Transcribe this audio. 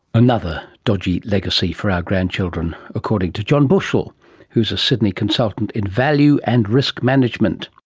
another dodgy legacy for our grandchildren, according to john bushell who is a sydney consultant in value and risk management